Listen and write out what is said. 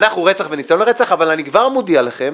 רצח וניסיון לרצח, אבל אני כבר מודיע לכם